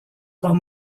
pas